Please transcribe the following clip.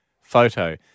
photo